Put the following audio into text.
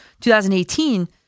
2018